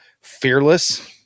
fearless